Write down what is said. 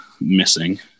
missing